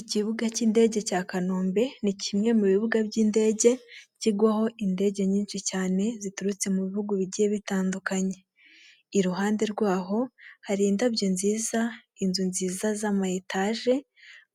Ikibuga cy'indege cya kanombe ni kimwe mu bibuga by'indege kigwaho indege nyinshi cyane ziturutse mu bihugu bigiye bitandukanye, iruhande rwaho hari indabyo nziza inzu nziza z'ama etaje